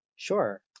Sure